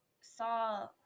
saw